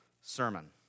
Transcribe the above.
sermon